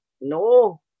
No